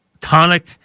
tonic